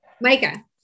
Micah